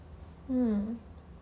mm